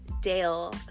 Dale